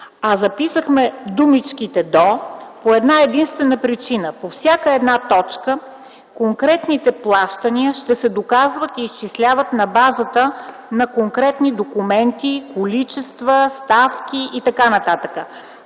а записахме думичките „до” по една-единствена причина – по всяка една точка конкретните плащания ще се доказват и изчисляват на базата на конкретни документи, количества, ставки и т.н.